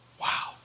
Wow